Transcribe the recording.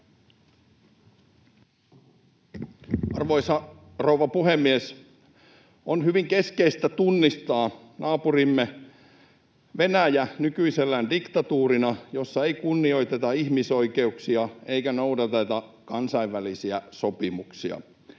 Arvoisa rouva puhemies! On hyvin keskeistä tunnistaa naapurimme Venäjä nykyisellään diktatuurina, jossa ei kunnioiteta ihmisoikeuksia eikä noudateta kansainvälisiä sopimuksia.